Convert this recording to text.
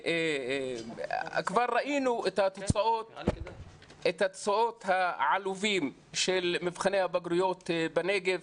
כבר ראינו את התוצאות העלובות של מבחני הבגרויות בנגב,